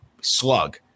slug